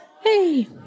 Hey